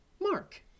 Mark